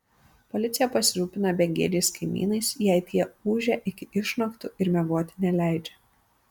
policija pasirūpina begėdžiais kaimynais jei tie ūžia iki išnaktų ir miegoti neleidžia